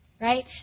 Right